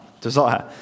Desire